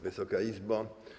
Wysoka Izbo!